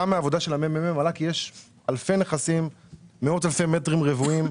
גם מהעבודה של הממ"מ עלה כי יש אלפי נכסים ומאות אלפי מטרים רבועים,